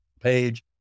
page